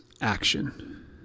action